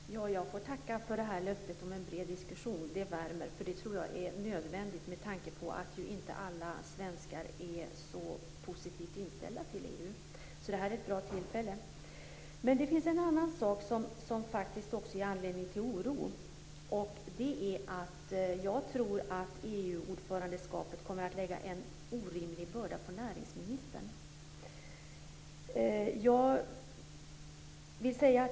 Fru talman! Jag får tacka för löftet om en bred diskussion. Det värmer, för jag tror att en diskussion är nödvändig med tanke på att alla svenskar inte är så positivt inställda till EU. Det här är ett bra tillfälle. Det finns en annan sak som faktiskt också ger anledning till oro. Det är att jag tror att EU ordförandeskapet kommer att lägga en orimlig börda på näringsministern.